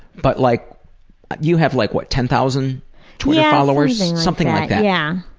but like you have like what ten thousand twitter followers? yeah something like yeah